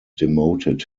demoted